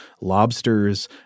lobsters